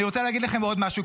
אני רוצה להגיד לכם עוד משהו,